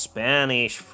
Spanish